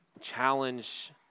challenge